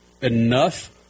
enough